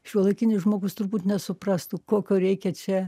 šiuolaikinis žmogus turbūt nesuprastų kokio reikia čia